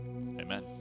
Amen